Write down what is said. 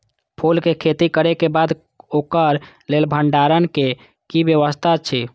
फूल के खेती करे के बाद ओकरा लेल भण्डार क कि व्यवस्था अछि?